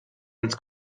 ans